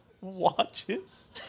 watches